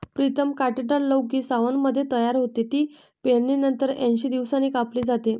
प्रीतम कांटेदार लौकी सावनमध्ये तयार होते, ती पेरणीनंतर ऐंशी दिवसांनी कापली जाते